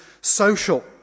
social